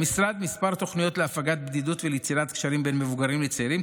למשרד כמה תוכניות להפגת בדידות וליצירת קשרים בין מבוגרים לצעירים,